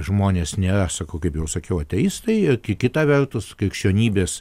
žmonės nėra sakau kaip jau sakiau ateistai ir kita vertus krikščionybės